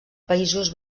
països